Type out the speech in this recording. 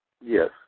Yes